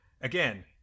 again